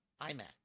imac